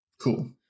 cool